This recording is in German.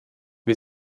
wir